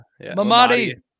Mamadi